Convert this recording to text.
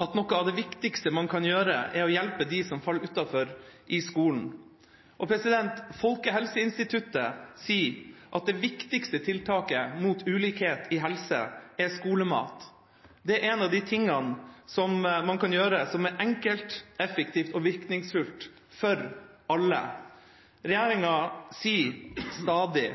at noe av det viktigste man kan gjøre, er å hjelpe dem som faller utenfor i skolen. Folkehelseinstituttet sier at det viktigste tiltaket mot ulikhet i helse er skolemat. Det er en av de tingene som man kan gjøre som er enkelt, effektivt og virkningsfullt for alle. Regjeringa sier stadig